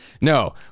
no